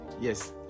Yes